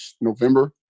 November